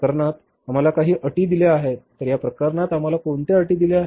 प्रकरणात आम्हाला काही अटी दिल्या आहेत तर या प्रकरणात आम्हाला कोणत्या अटी दिल्या आहेत